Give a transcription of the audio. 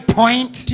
point